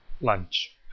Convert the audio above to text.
lunch